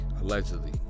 allegedly